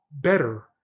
better